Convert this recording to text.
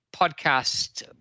podcast